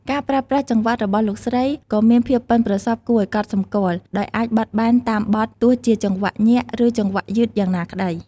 ការប្រើប្រាស់ ចង្វាក់ របស់លោកស្រីក៏មានភាពប៉ិនប្រសប់គួរឲ្យកត់សម្គាល់ ដោយអាចបត់បែនតាមបទទោះជាចង្វាក់ញាក់ ឬចង្វាក់យឺតយ៉ាងណាក្ដី។